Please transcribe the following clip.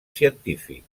científic